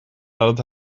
nadat